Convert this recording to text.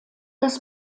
das